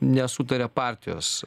nesutaria partijos